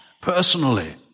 personally